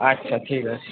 আচ্ছা ঠিক আছে